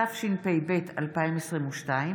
התשפ"ב 2022,